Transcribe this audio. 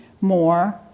more